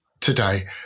today